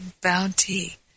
bounty